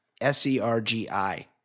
S-E-R-G-I